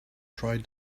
tried